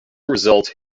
result